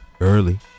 Early